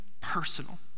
personal